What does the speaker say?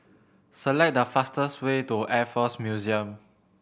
select the fastest way to Air Force Museum